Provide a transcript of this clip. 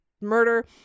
murder